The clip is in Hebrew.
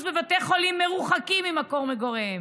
בבתי חולים מרוחקים ממקום מגוריהם,